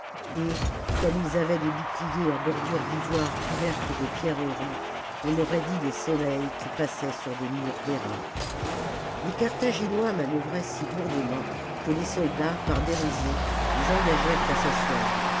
et comme ils avaient des boucliers à bordure d'ivoire couverte de pierreries on aurait dit des soleils qui passaient sur des murs d'airain les carthaginois manœuvraient si lourdement que les soldats par dérision les engagèrent à s'asseoir